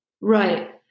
Right